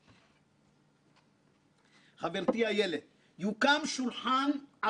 אשר בו יידונו כל הנושאים שאינם קשורים ליציבות המערכת,